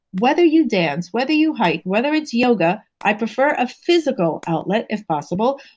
whether you dance whether you hike, whether it's yoga, i prefer a physical outlet if possible,